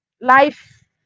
life